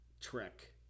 trek